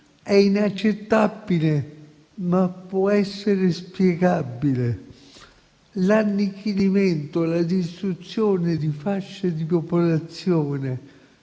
è inaccettabile, ma può essere spiegabile. Invece l'annichilimento e la distruzione di fasce di popolazione